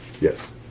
Yes